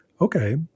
Okay